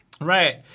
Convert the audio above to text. Right